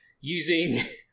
using